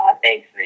Thanks